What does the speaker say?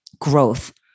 growth